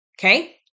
okay